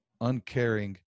uncaring